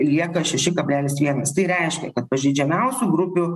lieka šeši kablelis vienas tai reiškia kad pažeidžiamiausių grupių